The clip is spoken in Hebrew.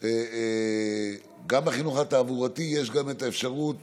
תעבורתי בחינוך התעבורתי יש גם האפשרות